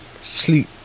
sleep